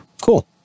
cool